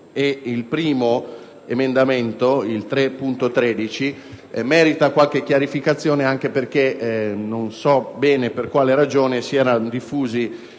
Grazie